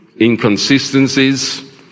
inconsistencies